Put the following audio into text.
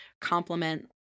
compliment